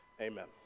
amen